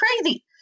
crazy